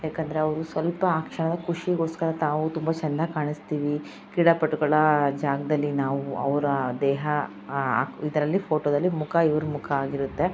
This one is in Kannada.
ಯಾಕಂದರೆ ಅವರು ಸ್ವಲ್ಪ ಆ ಕ್ಷಣ ಖುಷಿಗೋಸ್ಕರ ತಾವು ತುಂಬ ಚಂದ ಕಾಣಿಸ್ತೀವಿ ಕ್ರೀಡಾಪಟುಗಳ ಜಾಗದಲ್ಲಿ ನಾವು ಅವರ ದೇಹ ಆ ಇದರಲ್ಲಿ ಫೋಟೋದಲ್ಲಿ ಮುಖ ಇವರ ಮುಖ ಆಗಿರುತ್ತೆ